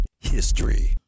History